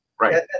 Right